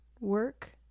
work